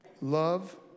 love